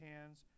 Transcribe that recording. hands